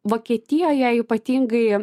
vokietijoje ypatingai